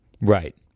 Right